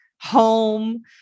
home